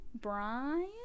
Brian